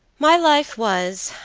my life was,